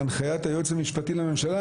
בהנחיית היועץ המשפטי לממשלה,